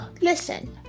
listen